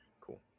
cool